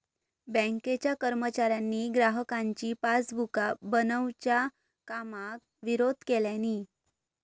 बँकेच्या कर्मचाऱ्यांनी ग्राहकांची पासबुका बनवच्या कामाक विरोध केल्यानी